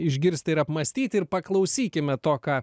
išgirsti ir apmąstyti ir paklausykime to ką